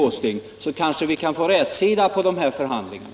Då kan vi kanske få rätsida på de här förhandlingarna.